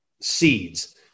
seeds